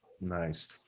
Nice